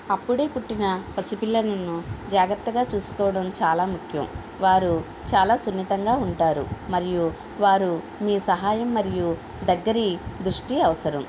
అప్పుడే పుట్టిన పసిపిల్లలను జాగ్రత్తగా చూసుకోవడం చాలా ముఖ్యం వారు చాలా సున్నితంగా ఉంటారు మరియు వారు మీ సహాయం మరియు దగ్గర దృష్టి అవసరం